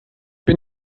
bin